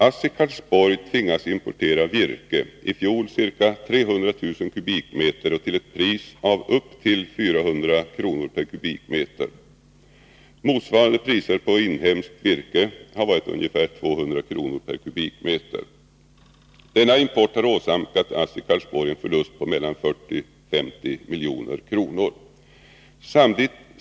ASSI Karlsborg tvingas importera virke — i fjol ca 300 000 kubikmeter och till ett pris av upp till 400 kr. per kubikmeter. Motsvarande priser på inhemskt virke har varit ungefär 200 kr. per kubikmeter. Denna import har åsamkat ASSI Karlsborg en förlust på mellan 40 och 50 milj.kr.